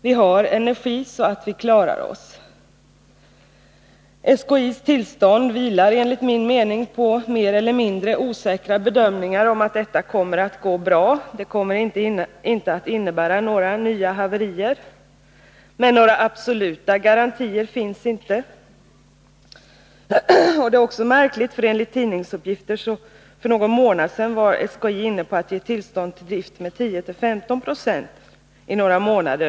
Vi har energi så att vi klarar oss. SKI:s tillstånd vilar enligt min mening på mer eller mindre osäkra bedömningar om att detta kommer att gå bra och inte kommer att innebära några nya haverier, men några absoluta garantier finns inte. Enligt tidningsuppgifter var SKI för någon månad sedan inne på att ge tillstånd för drift med 10-15 96 effekt i några månader.